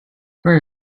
very